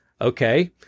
Okay